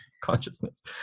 consciousness